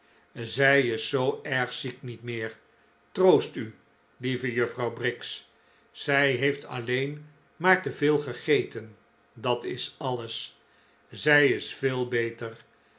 zij is zoo erg ziek niet meer troost u lieve juffrouw briggs zij heeft alleen maar te veel gegeten dat is alles zij is veel beter